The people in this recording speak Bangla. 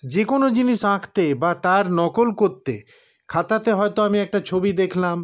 যে কোনো জিনিস আঁকতে বা তার নকল করতে খাতাতে হয়তো আমি একটা ছবি দেখলাম